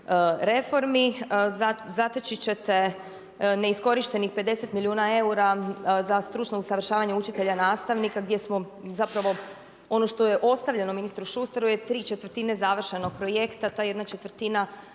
reformi. Zateći ćete neiskorištenih 50 milijuna eura za stručno usavršavanje učitelja nastavnika gdje smo zapravo ono što je ostavljeno ministru Šustaru je tri četvrtine završenog projekta, ta jedna četvrtina